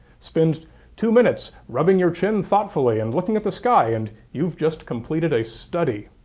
spend two minutes rubbing your chin thoughtfully and looking at the sky, and you've just completed a study.